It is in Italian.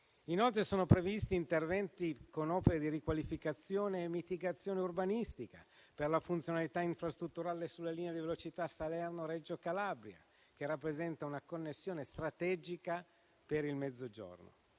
inoltre, interventi con opere di riqualificazione e mitigazione urbanistica per la funzionalità infrastrutturale sulla linea di velocità Salerno-Reggio Calabria, che rappresenta una connessione strategica per il Mezzogiorno.